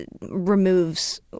removes